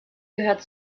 gehört